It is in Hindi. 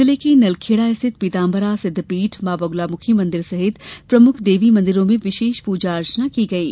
जिले के नरखेडा स्थित पीतांबरा सिद्दपीठ मां बगुलामुखी मंदिर सहित प्रमुख देवी मंदिरों में विशेष प्रजा अर्चना की गयी